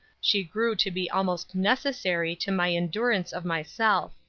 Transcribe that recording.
she grew to be almost necessary to my endurance of myself.